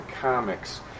comics